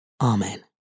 Amen